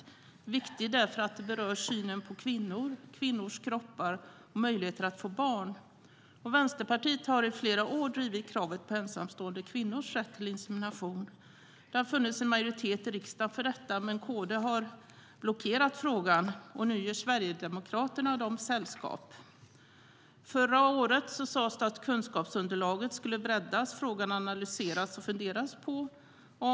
Den är viktigt därför att den berör synen på kvinnor, kvinnors kroppar och kvinnors möjligheter att få barn. Vänsterpartiet har i flera år drivit kravet på ensamstående kvinnors rätt till insemination. Det har funnits en majoritet i riksdagen för detta, men KD har blockerat frågan, och nu gör Sverigedemokraterna dem sällskap. Förra året sades det att kunskapsunderlaget skulle breddas och frågan analyseras och funderas på.